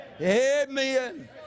Amen